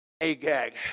Agag